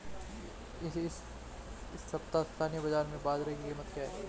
इस सप्ताह स्थानीय बाज़ार में बाजरा की कीमत क्या है?